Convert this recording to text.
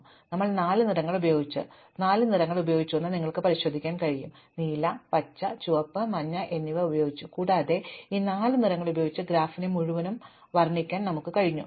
അതിനാൽ ഞങ്ങൾ നാല് നിറങ്ങൾ ഉപയോഗിച്ചു ഞങ്ങൾ നാല് നിറങ്ങൾ ഉപയോഗിച്ചുവെന്ന് നിങ്ങൾക്ക് പരിശോധിക്കാൻ കഴിയും ഞങ്ങൾ നീല പച്ച ചുവപ്പ് മഞ്ഞ എന്നിവ ഉപയോഗിച്ചു കൂടാതെ ഈ നാല് നിറങ്ങളുപയോഗിച്ച് ഈ ഗ്രാഫിനെ മുഴുവൻ വർണ്ണിക്കാൻ ഞങ്ങൾക്ക് കഴിഞ്ഞു